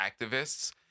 activists